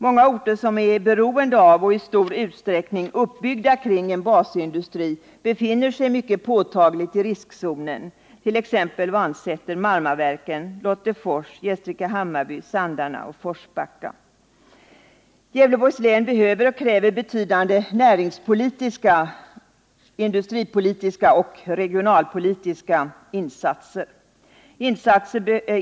Många orter, som är beroende av och i stor utsträckning uppbyggda kring en basindustri, befinner sig mycket påtagligt i riskzonen, t.ex. Vansäter, Marmaverken, Lottefors, Gästrike-Hammarby, Sandarne och Forsbacka. Gävleborgs län behöver och kräver betydande näringspolitiska och regionalpolitiska insatser.